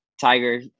Tiger